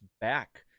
back